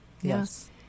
Yes